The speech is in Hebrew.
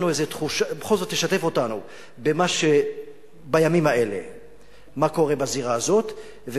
שבכל זאת תשתף אותנו במה שקורה בזירה הזאת בימים אלה,